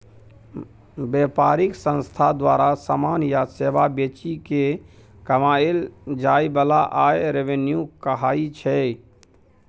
बेपारिक संस्था द्वारा समान या सेबा बेचि केँ कमाएल जाइ बला आय रेवेन्यू कहाइ छै